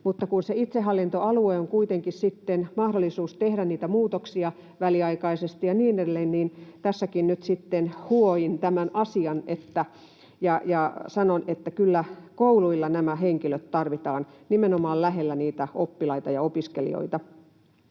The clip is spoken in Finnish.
mutta kun se itsehallintoalue on kuitenkin sitten mahdollisuus tehdä niitä muutoksia väliaikaisesti ja niin edelleen, niin tässäkin nyt sitten huomioin tämän asian ja sanon, että kyllä kouluilla nämä henkilöt tarvitaan nimenomaan lähellä niitä oppilaita ja opiskelijoita.